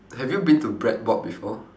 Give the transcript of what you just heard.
have you been to bread board before